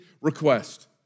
request